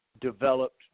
developed